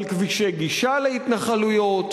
על כבישי גישה להתנחלויות,